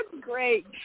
great